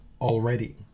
already